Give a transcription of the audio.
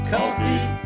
Coffee